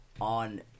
on